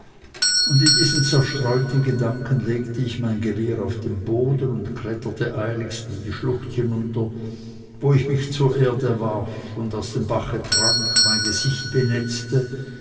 und in diesen zerstreuten gedanken legte ich mein gewehr auf den boden und kletterte eiligst in die schlucht hinunter wo ich mich zur erde warf aus dem bache trank mein gesicht benetzte